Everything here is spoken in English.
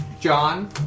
John